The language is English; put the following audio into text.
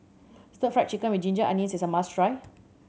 Stir Fry Chicken with ginger onions is a must try